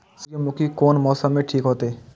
सूर्यमुखी कोन मौसम में ठीक होते?